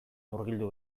murgildu